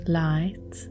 light